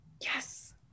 yes